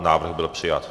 Návrh byl přijat.